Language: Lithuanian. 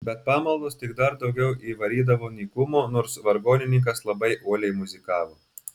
bet pamaldos tik dar daugiau įvarydavo nykumo nors vargonininkas labai uoliai muzikavo